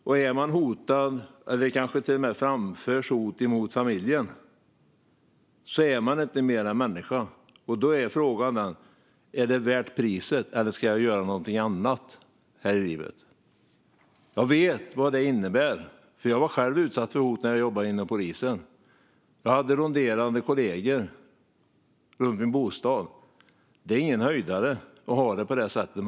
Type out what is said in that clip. Om man är hotad, om det kanske till och med framförs hot mot familjen, är man inte mer än människa. Då är frågan om det är värt priset eller om man ska göra något annat här i livet. Jag vet vad det innebär, för jag var själv utsatt för hot när jag jobbade inom polisen. Jag hade kollegor som ronderade runt min bostad. Det är ingen höjdare att ha det på det sättet.